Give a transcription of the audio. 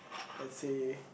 let's say